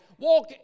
walk